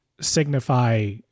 signify